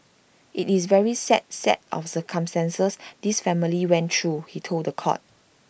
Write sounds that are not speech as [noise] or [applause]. IT is very sad set of circumstances [noise] this family went through he told The Court